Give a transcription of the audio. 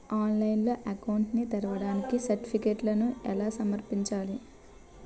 ఆన్లైన్లో అకౌంట్ ని తెరవడానికి సర్టిఫికెట్లను ఎలా సమర్పించాలి?